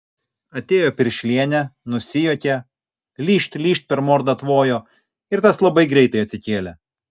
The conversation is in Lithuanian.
atėjo piršlienė nusijuokė lyžt lyžt per mordą tvojo ir tas labai greitai atsikėlė